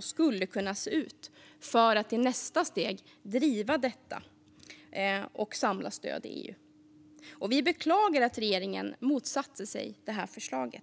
skulle kunna se ut för att i nästa steg driva detta och samla stöd i EU. Vi beklagar att regeringen motsatte sig detta förslag.